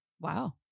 Wow